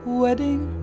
wedding